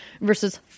versus